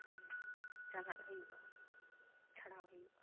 ᱢᱟᱱᱮ ᱪᱟᱜᱟᱱ ᱦᱩᱭᱩᱜᱼᱟ ᱪᱷᱟᱲᱟᱣ ᱦᱩᱭᱩᱜᱼᱟ